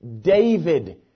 David